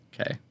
Okay